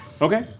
Okay